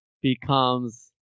becomes